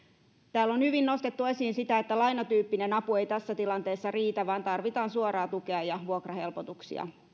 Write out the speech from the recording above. täällä on hyvin nostettu esiin sitä että lainatyyppinen apu ei tässä tilanteessa riitä vaan tarvitaan suoraa tukea ja vuokrahelpotuksia